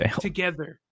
together